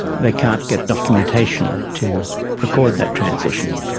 they can't get documentation to record that transition.